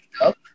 up